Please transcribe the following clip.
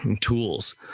tools